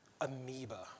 amoeba